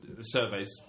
surveys